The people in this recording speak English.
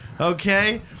Okay